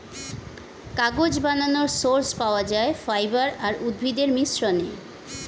কাগজ বানানোর সোর্স পাওয়া যায় ফাইবার আর উদ্ভিদের মিশ্রণে